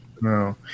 No